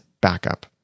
backup